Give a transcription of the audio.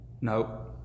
No